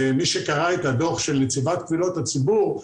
מתוך הדוח של נציבת קבילות הציבור.